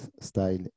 style